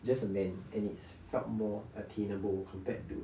just a man and it felt more attainable compared to